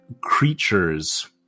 creatures